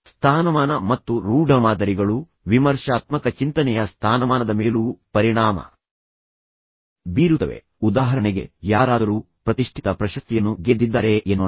ಸ್ಥಾನಮಾನ ಮತ್ತು ರೂಢಮಾದರಿಗಳು ವಿಮರ್ಶಾತ್ಮಕ ಚಿಂತನೆಯ ಸ್ಥಾನಮಾನದ ಮೇಲೂ ಪರಿಣಾಮ ಬೀರುತ್ತವೆ ಉದಾಹರಣೆಗೆ ಯಾರಾದರೂ ಪ್ರತಿಷ್ಠಿತ ಪ್ರಶಸ್ತಿಯನ್ನು ಗೆದ್ದಿದ್ದಾರೆ ಎನ್ನೋಣ